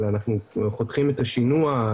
אנחנו חותכים את השינוע,